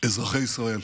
אזרחי ישראל,